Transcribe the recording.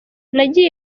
nagiye